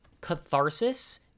catharsis